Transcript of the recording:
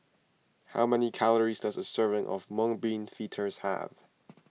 how many calories does a serving of Mung Bean Fritters have